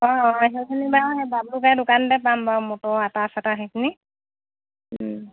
অঁ অ সেইখিনি বাৰু এই বাবুগাই দোকানতে পাম বাৰু মটৰ আটা চাটা সেইখিনি